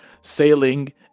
sailing